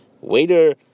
Waiter